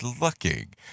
looking